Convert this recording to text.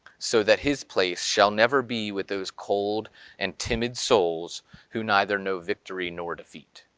so that his place shall never be with those cold and timid souls who neither know victory nor defeat.